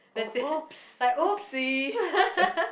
oh !oops! !oopsie!